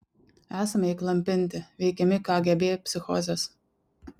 esame įklampinti veikiami kgb psichozės